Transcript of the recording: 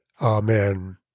Amen